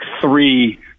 three